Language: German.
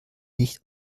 nicht